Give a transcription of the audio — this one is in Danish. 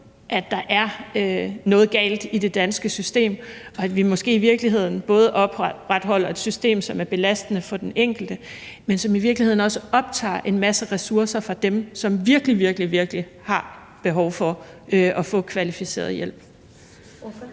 at der er noget galt i det danske system, og at vi måske både opretholder et system, som er belastende for den enkelte, men som i virkeligheden også optager en masse ressourcer fra dem, som virkelig, virkelig har behov for at få kvalificeret hjælp?